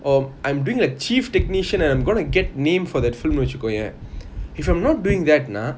or I'm doing a chief technician and I'm gonna get name for that film வெச்சிக்கோயேன்:vechikoyean if I'm not doing that na